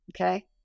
okay